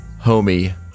homie